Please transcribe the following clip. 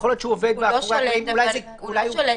יכול להיות שהוא עובד מאחורי הקלעים --- הוא לא שולט,